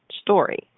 story